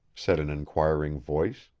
said an inquiring voice,